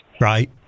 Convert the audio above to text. Right